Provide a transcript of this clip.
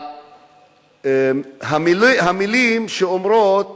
המלים שאומרות